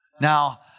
Now